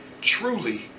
truly